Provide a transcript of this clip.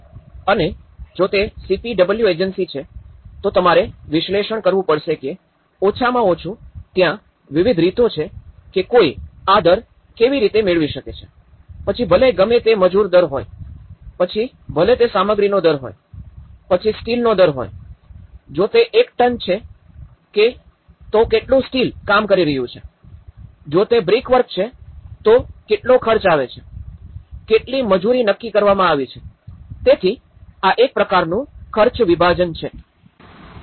અને જો તે સીપીડબ્લ્યુડી એજન્સી છે તો તમારે વિશ્લેષણ કરવું પડશે કે ઓછામાં ઓછું ત્યાં વિવિધ રીતો છે કે કોઈ આ દર કેવી રીતે મેળવી શકે છે પછી ભલે ગમે તે મજૂર દર હોય પછી ભલે તે સામગ્રીનો દર હોય કે પછી સ્ટીલનો દર હોય જો તે એક ટન છે કે તો કેટલું સ્ટીલ કામ કરી રહ્યું છે જો તે બ્રિકવર્ક છે તો કેટલો ખર્ચ આવે છે કેટલી મજૂરી નક્કી કરવામાં આવી છે તેથી આ એક પ્રકારનું ખર્ચનું વિભાજન છે